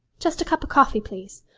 just a cup of coffee, please.